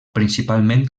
principalment